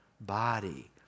body